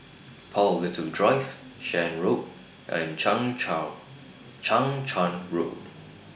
Paul Little Drive Shan Road and Chang Charn Road